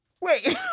wait